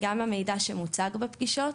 וגם המידע שמוצג בפגישות.